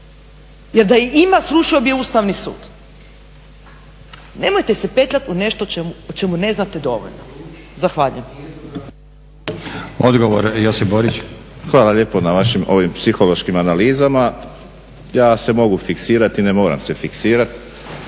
jer da je ima srušio bi je Ustavni sud. Nemojte se petljati u nešto o čemu ne znate dovoljno. Zahvaljujem. **Stazić, Nenad (SDP)** Odgovor Josip Borić. **Borić, Josip (HDZ)** Hvala lijepo na vašim ovim psihološkim analizama. Ja se mogu fiksirati, ne moram se fiksirati